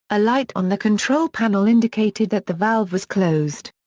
a light on the control panel indicated that the valve was closed.